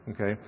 Okay